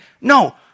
no